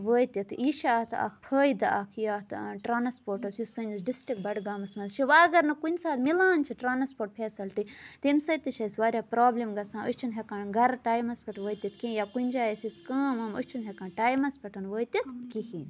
وٲتِتھ یہِ چھِ اَتھ اَکھ فٲیدٕ اَکھ یہِ اَتھ ٹرٛانَسپوٹَس یُس سٲنِس ڈِسٹِرٛک بَڈگامَس منٛز چھُ ووٚں اگر نہٕ کُنہِ ساتہٕ مِلان چھِ ٹرٛانَسپوٹ فیسَلٹی تمہِ سۭتۍ تہِ چھِ اَسہِ واریاہ پرٛابلِم گژھان أسۍ چھِنہٕ ہیٚکان گَرٕ ٹایمَس پٮ۪ٹھ وٲتِتھ کینٛہہ یا کُنہِ جایہِ آسہِ أسۍ کٲم أسۍ چھِنہٕ ہیٚکان ٹایمَس پٮ۪ٹھ وٲتِتھ کِہیٖنۍ